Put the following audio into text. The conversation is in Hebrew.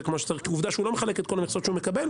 כמו שצריך כי עובדה שהוא לא מחלק את כל המכסות שהוא מקבל,